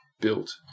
built